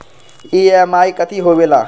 EMI कथी होवेले?